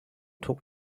talk